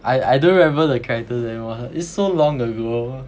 I I don't remember the characters anymore it's so long ago